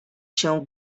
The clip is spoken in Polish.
się